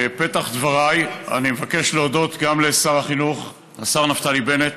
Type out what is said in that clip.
בפתח דבריי אני מבקש להודות גם לשר החינוך השר נפתלי בנט,